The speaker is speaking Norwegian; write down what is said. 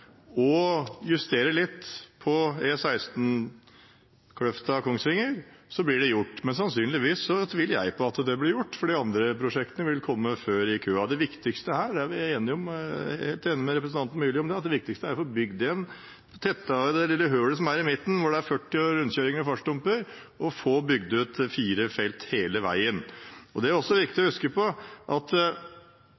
justere litt på E16 Kløfta–Kongsvinger, blir det gjort. Men jeg tviler på at det blir gjort, for de andre prosjektene vil komme før i køen. Det viktigste her, jeg er helt enig med representanten Myrli i det, er å få tettet det «hølet» som er i midten, hvor det er 40 og rundkjøringer og fartsdumper, og få bygd ut fire felt hele veien. Det er også viktig